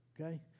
Okay